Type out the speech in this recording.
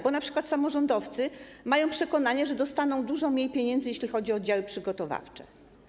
Bo na przykład samorządowcy mają przekonanie, że dostaną dużo mniej pieniędzy, jeśli chodzi o oddziały przygotowawcze.